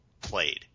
played